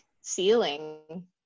ceiling